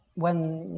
when,